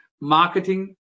marketing